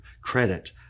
credit